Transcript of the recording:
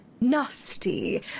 nasty